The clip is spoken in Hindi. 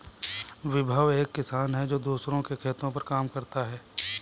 विभव एक किसान है जो दूसरों के खेतो पर काम करता है